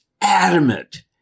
adamant